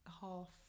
half